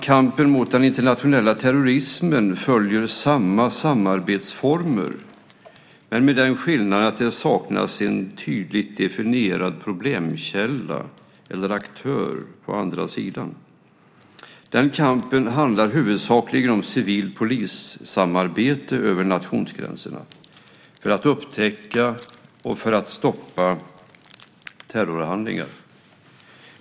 Kampen mot den internationella terrorismen följer samma samarbetsformer men med den skillnaden att det saknas en tydligt definierad problemkälla eller aktör på andra sidan. Den kampen handlar huvudsakligen om civilt polissamarbete över nationsgränserna för att upptäcka och för att stoppa terrorhandlingar.